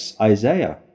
Isaiah